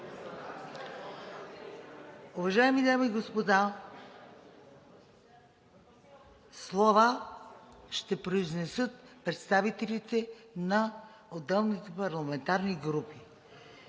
Уважаеми дами и господа, слова ще произнесат представителите на отделните парламентарни групи.